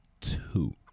two